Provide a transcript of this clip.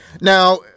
Now